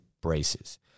braces